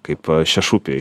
kaip šešupėj